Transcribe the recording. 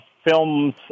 films